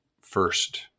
first